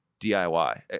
DIY